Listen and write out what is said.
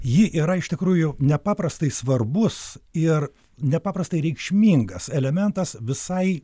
ji yra iš tikrųjų nepaprastai svarbus ir nepaprastai reikšmingas elementas visai